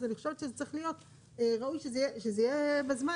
אז אני חושבת שזה צריך להיות ראוי שזה יהיה בזמן